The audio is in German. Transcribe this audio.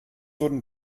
wurden